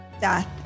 Death